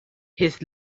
his